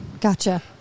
gotcha